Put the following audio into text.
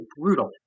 brutal